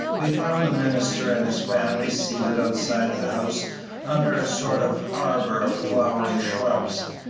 we found the minister and his family seated outside the house under a sort of arbor of flowering shrubs,